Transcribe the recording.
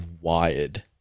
wired